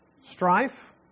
Strife